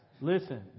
listen